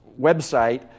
website